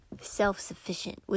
self-sufficient